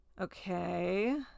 Okay